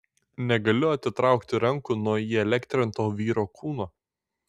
negaliu atitraukti rankų nuo įelektrinto vyro kūno